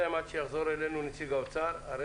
עד שיחזור אלינו נציג האוצר נפנה